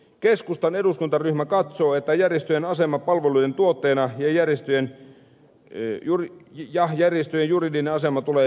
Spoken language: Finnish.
keskustan eduskuntaryhmä katsoo että järjestöjen asema palveluiden tuottajana ja järjestöjen juridinen asema tulee selkeyttää